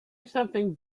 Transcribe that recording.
something